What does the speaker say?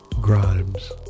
grimes